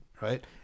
right